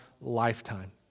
lifetime